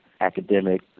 academic